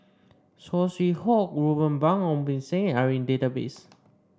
Saw Swee Hock Ruben Pang Ong Beng Seng are in database